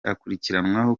akurikiranweho